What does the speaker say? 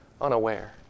unaware